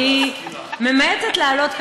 אני ממעטת לעלות,